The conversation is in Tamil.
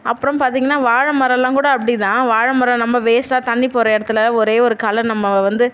அப்புறம் பார்த்தீங்கன்னா வாழை மரம்லாம் கூட அப்படி தான் வாழை மரம் நம்ம வேஸ்ட்டாக தண்ணி போகிற இடத்துல ஒரே ஒரு கிள நம்ம வந்து